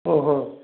ஓஹோ